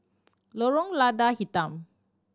Lorong Lada Hitam